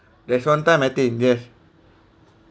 there's one time I think yes